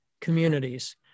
communities